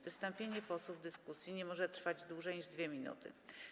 Wystąpienia posłów w dyskusji nie mogą trwać dłużej niż 2 minuty.